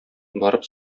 барып